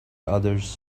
others